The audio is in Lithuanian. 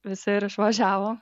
visi ir išvažiavo